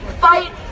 fight